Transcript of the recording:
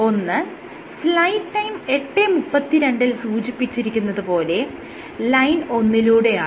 ഒന്ന് slide time 0832 ൽ സൂചിപ്പിച്ചിരിക്കുന്നത് പോലെ ലൈൻ ഒന്നിലൂടെയാണ്